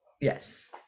Yes